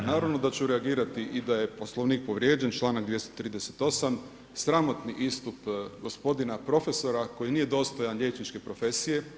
Pa naravno da ću reagirati i da je Poslovnik povrijeđen, članak 238. sramotni istup gospodina profesora koji nije dostojan liječničke profesije.